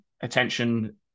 attention